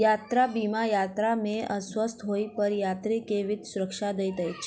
यात्रा बीमा यात्रा में अस्वस्थ होइ पर यात्री के वित्तीय सुरक्षा दैत अछि